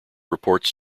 reports